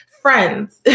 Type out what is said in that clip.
friends